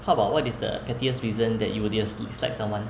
how about what is the pettiest reason that you would dis~ dislike someone